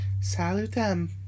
Salutem